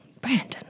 Brandon